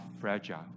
fragile